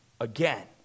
again